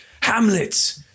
Hamlet